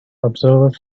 observers